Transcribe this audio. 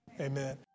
amen